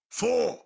four